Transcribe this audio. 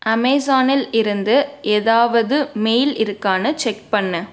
அமேசானில் இருந்து ஏதாவது மெயில் இருக்கானு செக் பண்ணு